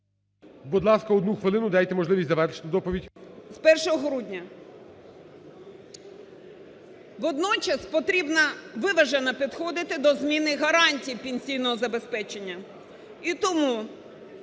Будь ласка, одну хвилину дайте можливість завершити доповідь. ДЕНІСОВА Л.Л. З 1 грудня. Водночас потрібно виважено підходити до зміни гарантій пенсійного забезпечення.